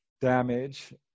damage